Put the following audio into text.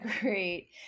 great